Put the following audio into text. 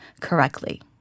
correctly